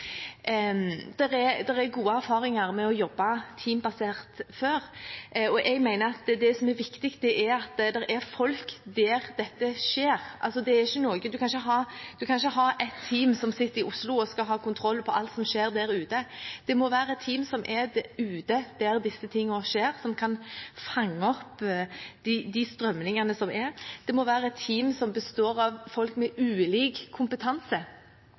er gode erfaringer med å jobbe teambasert fra før. Jeg mener at det som er viktig, er at det er folk der dette skjer. Man kan ikke ha ett team som sitter i Oslo, og som skal ha kontroll på alt som skjer der ute. Det må være team som er ute, der dette skjer, som kan fange opp de strømningene som er. Det må være team som består av folk med ulik kompetanse,